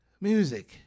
Music